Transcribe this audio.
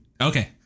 Okay